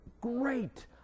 great